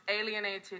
alienated